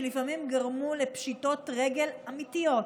שלפעמים גרמו לפשיטות רגל אמיתיות.